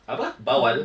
apa bawal